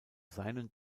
seinen